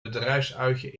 bedrijfsuitje